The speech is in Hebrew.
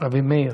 רבי מאיר.